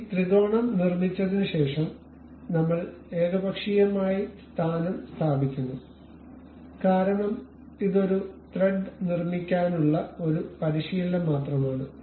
അതിനാൽ ഈ ത്രികോണം നിർമ്മിച്ചതിനുശേഷം നമ്മൾ ഏകപക്ഷീയമായി സ്ഥാനം സ്ഥാപിക്കുന്നു കാരണം ഇത് ഒരു ത്രെഡ് നിർമ്മിക്കാനുള്ള ഒരു പരിശീലനം മാത്രമാണ്